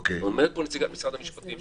אומרת פה נציגת משרד המשפטים,